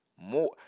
more